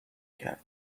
کرد